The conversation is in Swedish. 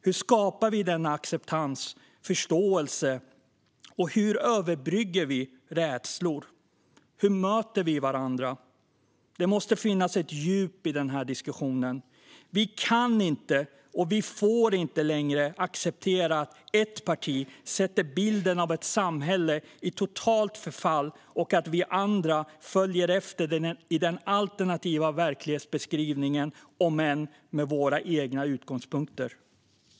Hur skapar vi denna acceptans och förståelse, och hur överbryggar vi rädslor? Hur möter vi varandra? Det måste finnas ett djup i den här diskussionen. Vi kan inte, och vi får inte, längre acceptera att ett parti målar upp bilden av ett samhälle i totalt förfall och att vi andra följer efter i den alternativa verklighetsbeskrivningen, om än med våra egna utgångspunkter.